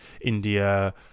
India